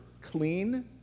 clean